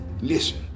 listen